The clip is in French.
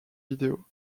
vidéo